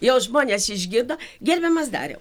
jau žmonės išgirdo gerbiamas dariau